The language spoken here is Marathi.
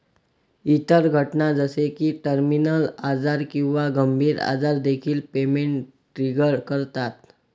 इतर घटना जसे की टर्मिनल आजार किंवा गंभीर आजार देखील पेमेंट ट्रिगर करतात